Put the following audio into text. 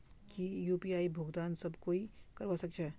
की यु.पी.आई भुगतान सब कोई ई करवा सकछै?